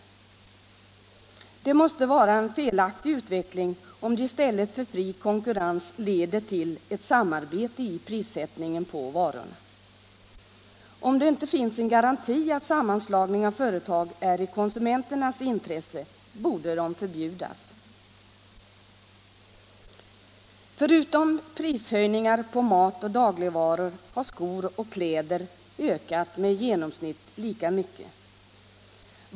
Det måste vara en felaktig utveckling, om det i stället för fri konkurrens leder till ett samarbete i prissättningen på varor. Om det inte finns en garanti för att sammanslagning av företag är i konsumenternas intresse, borde de förbjudas. Förutom prishöjningar på mat och dagligvaror har skor och kläder ökat med i genomsnitt lika mycket.